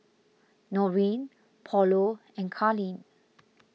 Noreen Paulo and Karlene